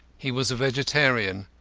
he was a vegetarian,